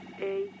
eight